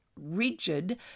rigid